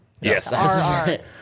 Yes